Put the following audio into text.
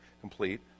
complete